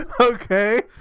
Okay